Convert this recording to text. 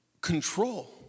control